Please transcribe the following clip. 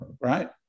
right